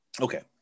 okay